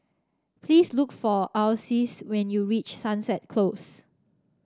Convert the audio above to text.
please look for Ulysses when you reach Sunset Close